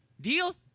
Deal